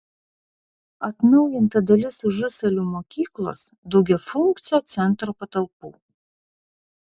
atnaujinta dalis užusalių mokyklos daugiafunkcio centro patalpų